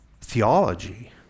theology